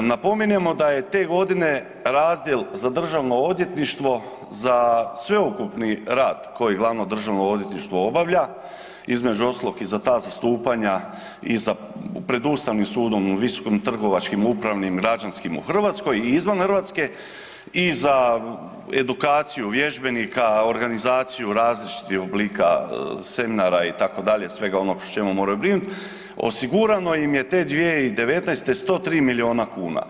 Napominjemo da je te godine razdjel za Državno odvjetništvo za sveukupni rad koji glavno Državno odvjetništvo obavlja između ostalog i za ta zastupanja i za pred Ustavnim sudom, Visokim trgovačkim, upravnim, građanskim u Hrvatskoj i izvan Hrvatske i za edukaciju vježbenika, organizaciju različitih oblika seminara itd., svega onoga o čemu mora brinut osigurano im je te 2019. 103 miliona kuna.